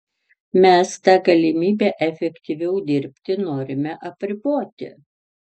mes tą galimybę efektyviau dirbti norime apriboti